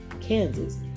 Kansas